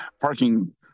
parking